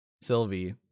Sylvie